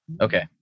Okay